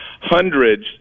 hundreds